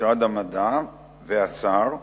משרד המדע והשר,